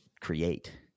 create